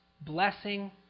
blessing